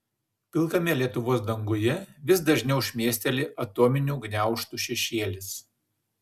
pilkame lietuvos danguje vis dažniau šmėsteli atominių gniaužtų šešėlis